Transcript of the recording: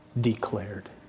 declared